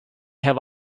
have